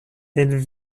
elles